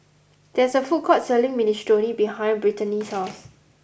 there is a food court selling Minestrone behind Brittni's house